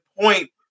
point